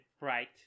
right